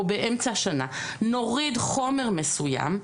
או באמצע השנה נוריד חומר מסוים,